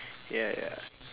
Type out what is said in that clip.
ya ya